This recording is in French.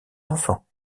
enfants